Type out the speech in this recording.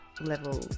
level